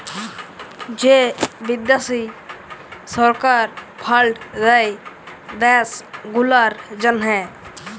যে বিদ্যাশি সরকার ফাল্ড দেয় দ্যাশ গুলার জ্যনহে